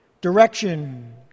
direction